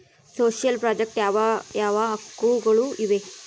Social project ಯಾವ ಯಾವ ಹಕ್ಕುಗಳು ಇವೆ?